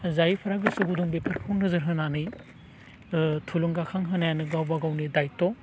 जायफोरा गोसो गुदुं बेफोरखौ नोजोर होनानै थुलुंगाखां होनायानो गावबा गावनि दायित्य'